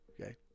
okay